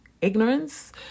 ignorance